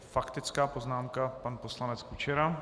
Faktická poznámka pan poslanec Kučera.